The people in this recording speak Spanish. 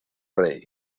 rey